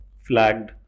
flagged